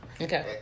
Okay